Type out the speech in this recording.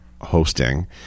hosting